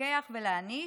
"לפקח ולהעניש: